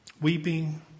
weeping